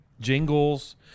jingles